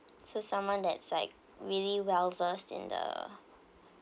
so someone that's like really well-versed in the